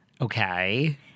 Okay